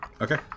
Okay